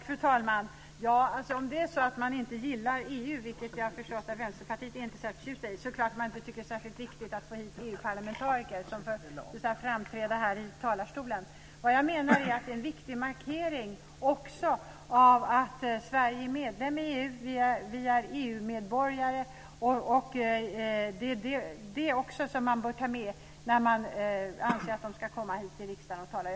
Fru talman! Om man nu inte gillar EU - och jag har ju förstått att Vänsterpartiet inte är särskilt förtjusta i EU - så är det klart att man inte tycker att det är särskilt viktigt att få hit EU-parlamentariker som ska framträda i talarstolen. Jag menar att detta också är en viktig markering av att Sverige är medlem i EU. Vi är EU-medborgare, och det bör man också ha med när man anser att de ska komma hit till riksdagen och tala.